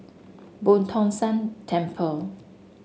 Boo Tong San Temple